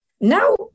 Now